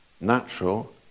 natural